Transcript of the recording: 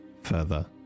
further